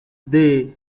the